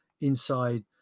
inside